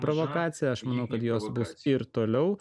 provokacija aš manau kad jos bus ir toliau